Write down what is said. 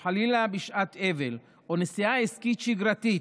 או חלילה בשעת אבל או נסיעה עסקית שגרתית,